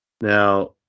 now